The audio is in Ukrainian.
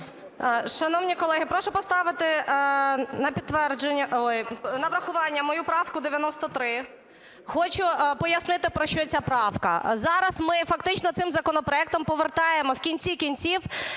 Шановні колеги, прошу поставити на врахування мою правку 93. Хочу пояснити, про що ця правка. Зараз ми фактично цим законопроектом повертаємо в кінці кінців